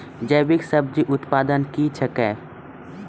जैविक सब्जी उत्पादन क्या हैं?